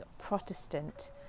protestant